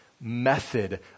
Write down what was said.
method